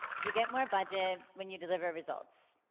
you get more budget when you deliver results.